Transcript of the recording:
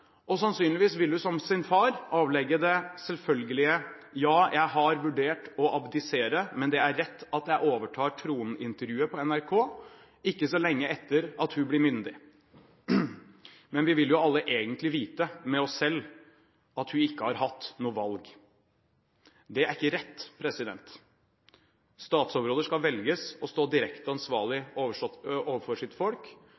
også sannsynligvis avlegge det selvfølgelige: Ja, jeg har vurdert å abdisere, men det er rett at jeg overtar tronen-intervjuet på NRK, ikke så lenge etter at hun blir myndig. Men vi vil jo alle egentlig vite med oss selv at hun ikke har hatt noe valg. Det er ikke rett. Statsoverhoder skal velges og stå direkte